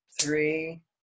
three